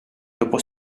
dopo